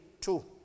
two